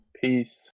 Peace